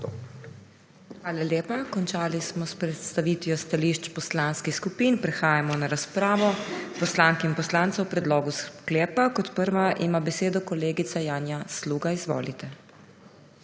Hvala lepa. Končali smo s predstavitvijo stališč poslanskih skupin. Prehajamo na razpravo poslank in poslancev o predlogu sklepa. Prva ima besedo kolegica Janja Sluga. **JANJA